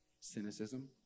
cynicism